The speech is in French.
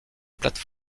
plate